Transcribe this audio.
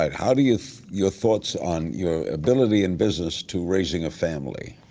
um how do yeah your thoughts on your ability in business to raising a family?